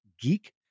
Geek